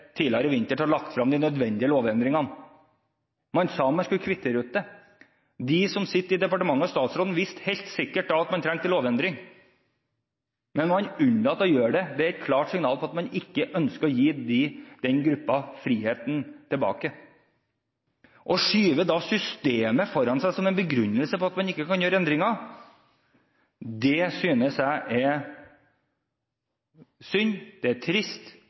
tidligere. Statsråden har hatt rikelig med tid siden denne saken kom opp i media og virkelig eksploderte tidlig i vinter, til å legge frem de nødvendige lovendringene. Man sa man skulle kvittere det ut. De som sitter i departementet, og statsråden visste helt sikkert da at man trengte en lovendring, men man unnlot å gjøre det. Det er et klart signal om at man ikke ønsker å gi denne gruppen friheten tilbake. Å skyve systemet foran seg som en begrunnelse for at man ikke kan gjøre endringer, synes